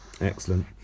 Excellent